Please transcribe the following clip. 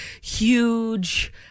huge